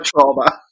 trauma